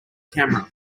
camera